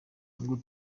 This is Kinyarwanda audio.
ubwo